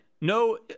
No